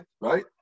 right